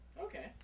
okay